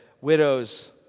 widows